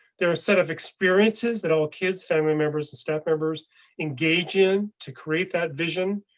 there are a set of experiences that all kids, family members and staff members engage in to create that vision.